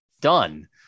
done